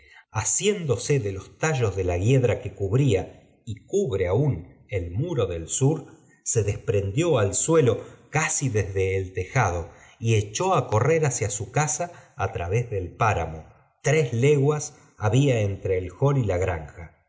asiéndose de los tallos de la hiedra que cubría y acubre aún el muro del sur se desprendió al sueto casi desde el tejado y echó á correr hacia su ncasa á través del páramo tres leguas había entre el hall y la granja